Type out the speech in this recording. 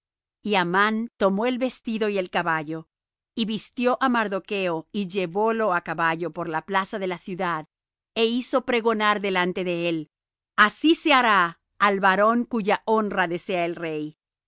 y amán tomó el vestido y el caballo y vistió á mardocho y llevólo á caballo por la plaza de la ciudad é hizo pregonar delante de él así se hará al varón cuya honra desea el rey